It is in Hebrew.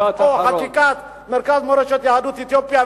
או אי-חקיקת חוק מרכז מורשת יהדות אתיופיה,